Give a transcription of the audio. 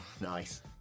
Nice